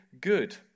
good